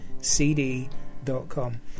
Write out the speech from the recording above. cd.com